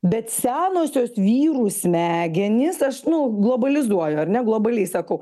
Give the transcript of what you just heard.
bet senosios vyrų smegenys aš nu globalizuoju ar ne globaliai sakau